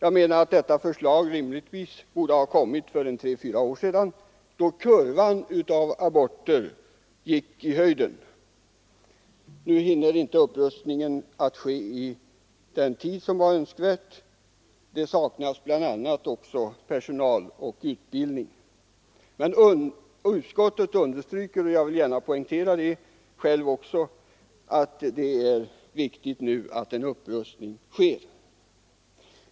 Förslag om detta borde rimligtvis ha kommit för tre fyra år sedan, då kurvan av aborter gick i höjden. Nu hinner inte upprustningen ske i så god tid som varit önskvärt. Bl a. saknas det också personal och utbildning. Men utskottet understryker — och jag vill gärna betona det själv — också att det är viktigt att en upprustning görs.